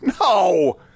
No